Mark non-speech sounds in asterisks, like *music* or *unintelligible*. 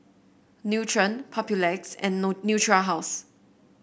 Nutren Papulex and *unintelligible* Natura House